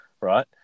Right